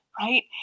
right